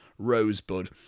Rosebud